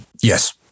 Yes